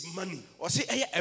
money